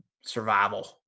survival